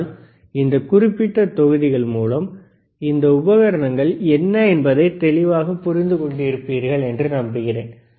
ஆனால் இந்த குறிப்பிட்ட தொகுதிகள் மூலம் இந்த உபகரணங்கள் என்ன என்பதைப் தெளிவாக புரிந்து கொண்டிருப்பீர்கள் என்று நம்புகிறேன்